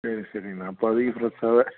சரி சரிங்கண்ணா அப்போதைக்கு ஃப்ரெஷ்ஷாகவே